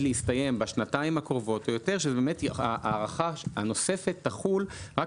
להסתיים בשנתיים הקרובות או יותר שההארכה הנוספת תחול רק